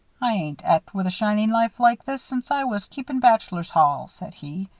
i ain't et with a shiny knife like this since i was keepin' bachelor's hall, said he.